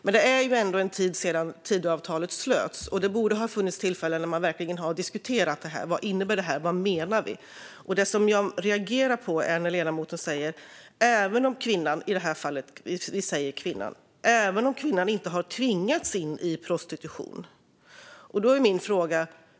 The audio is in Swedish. Men det är ändå en tid sedan Tidöavtalet slöts, och det borde ha funnits tillfällen att verkligen diskutera detta. Vad innebär det? Vad menar ni? Det jag reagerar mot är när ledamoten säger så här: även om kvinnan - vi säger att det är en kvinna - i det här fallet inte har tvingats in i prostitution, och så vidare. Då har jag en fråga.